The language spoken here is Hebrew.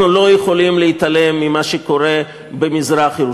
אנחנו לא יכולים להתעלם ממה שקורה במזרח-ירושלים.